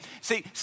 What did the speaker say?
See